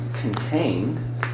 contained